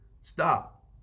stop